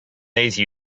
these